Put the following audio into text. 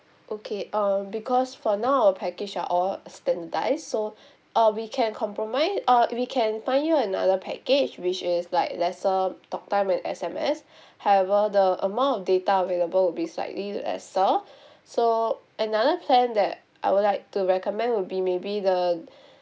okay um because for now our package are all standardised so uh we can compromise uh we can you another package which is like lesser talktime and S_M_S however the amount of data available will be slightly lesser so another plan that I would like to recommend would be maybe the